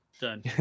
done